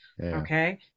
okay